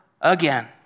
again